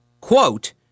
quote